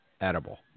edible